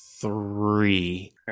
three